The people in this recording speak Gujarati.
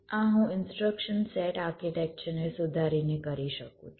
આ હું ઇનસ્ટ્રક્શન સેટ આર્કિટેક્ચરને સુધારીને કરી શકું છું